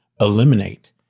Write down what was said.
eliminate